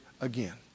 again